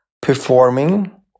performing